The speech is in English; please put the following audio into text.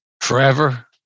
forever